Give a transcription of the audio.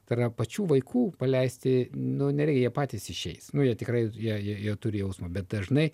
tai yra pačių vaikų paleisti nu nereikia jie patys išeis nu jie tikrai jie jie turi jausmą bet dažnai